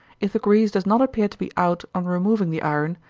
if the grease does not appear to be out on removing the iron,